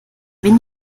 wenn